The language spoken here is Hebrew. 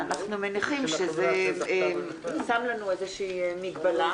ואנחנו מניחים שזה שם לנו איזושהי מגבלה.